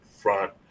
front